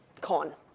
con